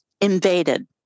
invaded